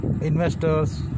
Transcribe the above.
investors